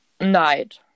night